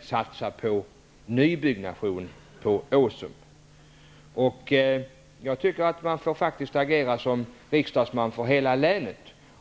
satsa på nybyggnation på Åsum. Jag tycker att man faktiskt måste agera som riksdagsman för hela länet.